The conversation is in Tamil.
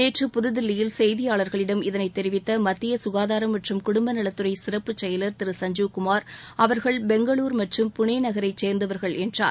நேற்று புதுதில்லியில் செய்தியாளர்களிடம் இதனைத் தெரிவித்த மத்திய சுகாதாரம் மற்றும் குடும்ப நலத்துறை சிறப்பு செயலர் திரு சஞ்சீவ் குமார் அவர்கள் பெங்களுர் மற்றும் புனே நகரை சேர்ந்தவர்கள் என்றார்